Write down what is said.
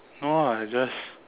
no ah I just